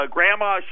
Grandma